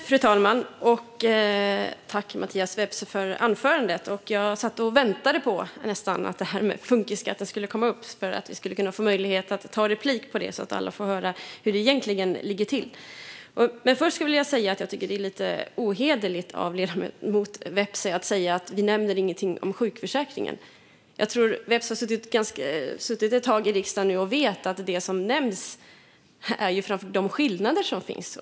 Fru talman! Jag tackar Mattias Vepsä för anförandet. Jag satt nästan och väntade på att det här med funkisskatten skulle komma upp, så att alla får höra i ett replikskifte hur det egentligen ligger till. Men först skulle jag vilja säga att jag tycker att det är lite ohederligt av ledamoten Vepsä att säga att vi inte nämner någonting om sjukförsäkringen. Vepsä har suttit ett tag i riksdagen nu och vet att det som nämns framför allt är de skillnader som finns.